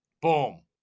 Boom